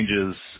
changes